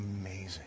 amazing